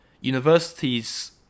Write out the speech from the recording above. universities